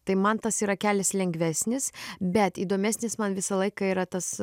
tai man tas yra kelias lengvesnis bet įdomesnis man visą laiką yra tas